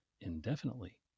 indefinitely